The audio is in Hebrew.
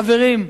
חברים,